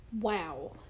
Wow